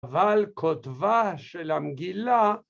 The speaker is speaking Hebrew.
‫אבל כותבה של המגילה...